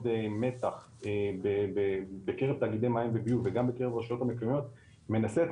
מתח בקרב תאגידי מים וביוב וגם בקרב הראשויות המקומיות מנסה את